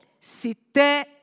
c'était